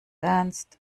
ernst